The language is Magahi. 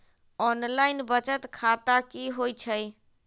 ऑनलाइन बचत खाता की होई छई?